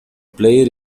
player